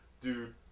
Dude